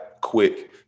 quick